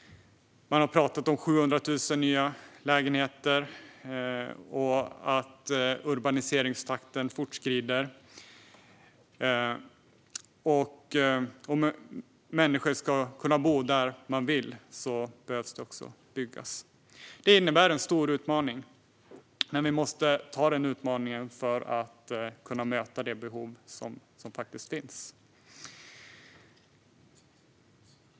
Man har pratat om 700 000 nya lägenheter och om att urbaniseringstakten fortskrider. Om människor ska kunna bo där de vill behöver det också byggas. Detta innebär en stor utmaning som vi måste anta för att kunna möta det behov som faktiskt finns.